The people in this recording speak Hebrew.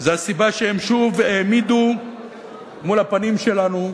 זו הסיבה שהם שוב העמידו מול הפנים שלנו,